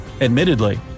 Admittedly